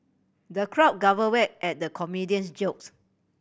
the crowd guffaw at the comedian's jokes